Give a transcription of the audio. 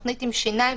תוכנית עם שיניים,